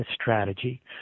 strategy